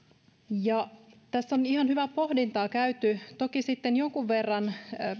tässä on ihan hyvää pohdintaa käyty toki sitten jonkun verran on